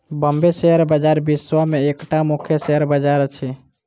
Bombay share बजार विश्व के एकटा मुख्य शेयर बजार अछि